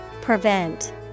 Prevent